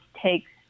takes